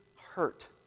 hurt